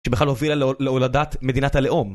שבכלל הובילה להולדת מדינת הלאום